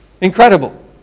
Incredible